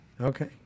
Okay